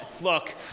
Look